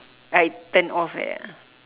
I turn off like that ah